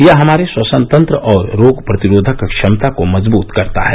यह हमारे श्वसनतंत्र और रोग प्रतिरोधक क्षमता को मजबूत करता है